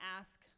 ask